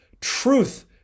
truth